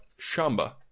Shamba